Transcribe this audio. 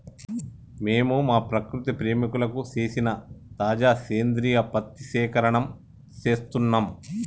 మేము మా ప్రకృతి ప్రేమికులకు సేసిన తాజా సేంద్రియ పత్తి సేకరణం సేస్తున్నం